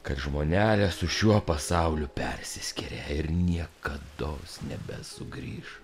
kad žmonelė su šiuo pasauliu persiskyrė ir niekados nebesugrįš